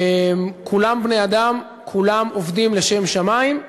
כולם בני-אדם, כולם עובדים לשם שמים.